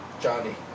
Johnny